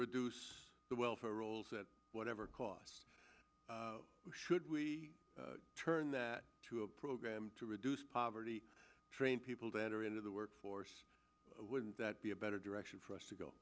reduce the welfare rolls at whatever cost should we turn that to a program to reduce poverty train people to enter into the workforce wouldn't that be a better direction for us to go